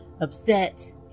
upset